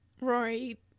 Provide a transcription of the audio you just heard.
Rory